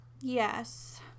Yes